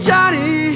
Johnny